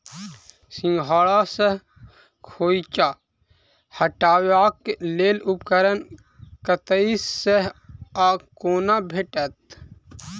सिंघाड़ा सऽ खोइंचा हटेबाक लेल उपकरण कतह सऽ आ कोना भेटत?